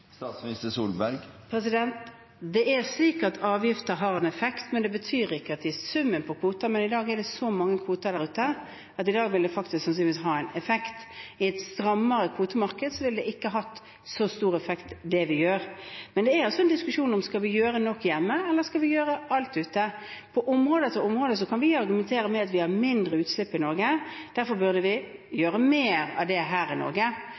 Avgifter har en effekt, men det betyr ikke at det er summen på kvoter – men i dag er det så mange kvoter der ute at det sannsynligvis vil ha en effekt. I et strammere kvotemarked ville ikke det vi gjør, hatt en så stor effekt. Men det er en diskusjon om vi skal gjøre nok hjemme, eller om vi skal gjøre alt ute. På område etter område kan vi argumentere med at vi har mindre utslipp i Norge, og derfor burde vi gjøre mer av det her i Norge.